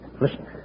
Listen